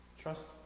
Trust